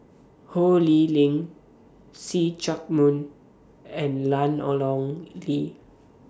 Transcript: Ho Lee Ling See Chak Mun and Ian Ong Li